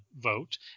vote